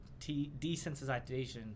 desensitization